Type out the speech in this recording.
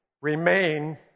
remain